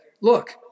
look